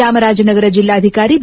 ಚಾಮರಾಜನಗರ ಬೆಲ್ಲಾಧಿಕಾರಿ ಬಿ